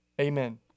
Amen